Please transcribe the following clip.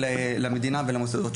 מהחברה הערבית.